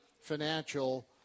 financial